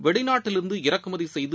வெளிநாட்டில் இருந்து இறக்குமதி செய்து